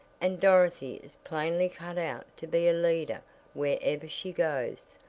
and dorothy is plainly cut out to be a leader where ever she goes.